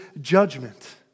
judgment